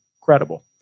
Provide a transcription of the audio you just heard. credible